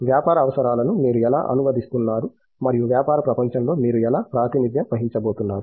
వ్యాపార అవసరాలను మీరు ఎలా అనువదిస్తున్నారు మరియు వ్యాపార ప్రపంచంలో మీరు ఎలా ప్రాతినిధ్యం వహించబోతున్నారు